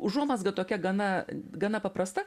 užuomazga tokia gana gana paprasta